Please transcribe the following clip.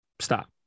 Stop